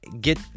get